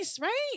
right